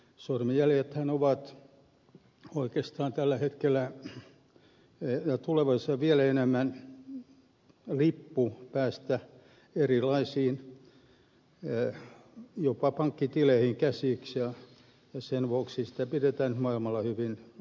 sormenjäljethän ovat oikeastaan tällä hetkellä ja tulevaisuudessa vielä enemmän lippu päästä erilaisiin jopa pankkitileihin käsiksi ja sen vuoksi sitä pidetään maailmalla hyvin vakavana asiana